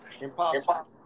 Impossible